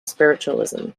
spiritualism